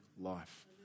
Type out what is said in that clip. life